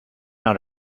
not